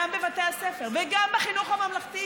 גם בבתי הספר וגם בחינוך הממלכתי,